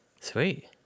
Sweet